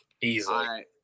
Easily